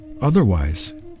Otherwise